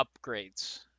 upgrades